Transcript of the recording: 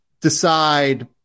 decide